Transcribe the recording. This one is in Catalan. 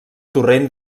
torrent